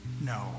No